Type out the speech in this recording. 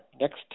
Next